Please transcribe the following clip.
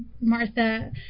martha